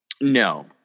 no